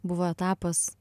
buvo etapas